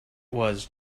was